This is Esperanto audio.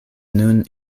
nun